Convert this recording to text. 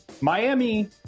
Miami